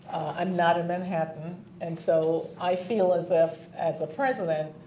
i'm not in manhattan and so i feel as if as a president,